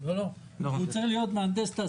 זה לא נותן מענה.